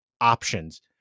options